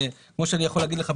כמו שאני יכול להגיד לך,